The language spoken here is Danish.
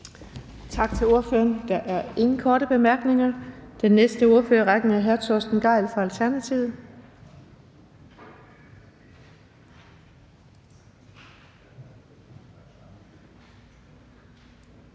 Tak til ordføreren. Der er ingen korte bemærkninger. Den næste ordfører i rækken er hr. Torsten Gejl fra Alternativet.